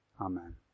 Amen